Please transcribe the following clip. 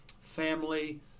family